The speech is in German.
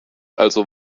also